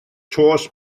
toes